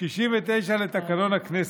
69 לתקנון הכנסת.